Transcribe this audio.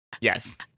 Yes